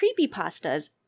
creepypastas